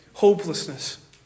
Hopelessness